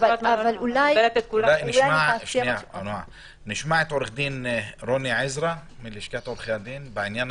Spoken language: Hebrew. נשמע את עו"ד רוני עזרא מלשכת עורכי הדין.